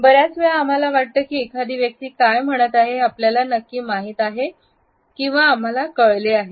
बर्याच वेळा आम्हाला वाटतं की एखादी व्यक्ती काय म्हणत आहे हेआपल्याला नक्की माहित आहे किंवा कळले आहे